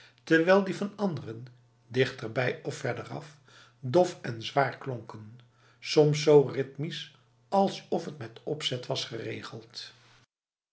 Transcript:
terwijl die van anderen dichterbij of verderaf dof en zwaar klonken soms zo ritmisch alsof het met opzet was geregeld